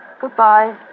Goodbye